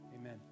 amen